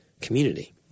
Community